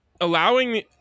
Allowing